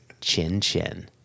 chin-chin